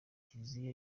kiliziya